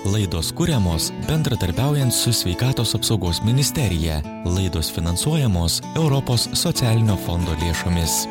laidos kuriamos bendradarbiaujant su sveikatos apsaugos ministerija laidos finansuojamos europos socialinio fondo lėšomis